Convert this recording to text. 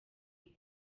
isi